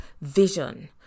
vision